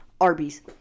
Arby's